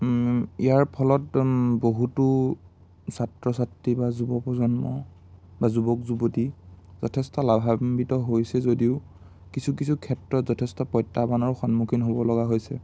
ইয়াৰ ফলত বহুতো ছাত্ৰ ছাত্ৰী বা যুৱ প্ৰজন্ম বা যুৱক যুৱতী যথেষ্ট লাভাৱান্ৱিত হৈছে যদিও কিছু কিছু ক্ষেত্ৰত যথেষ্ট প্ৰত্যাহ্বানৰ সন্মুখীন হ'ব লগা হৈছে